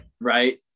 Right